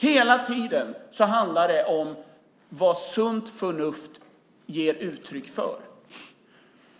Hela tiden handlar det om vad sunt förnuft är ett uttryck för.